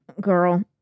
Girl